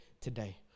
today